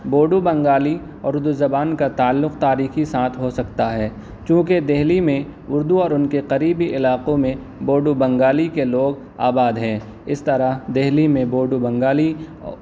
بوڈو بنگالی اردو زبان کا تعلق تاریخی ساتھ ہو سکتا ہے چونکہ دہلی میں اردو اور ان کے قریبی علاقوں میں بوڈو بنگالی کے لوگ آباد ہیں اس طرح دہلی میں بوڈو بنگالی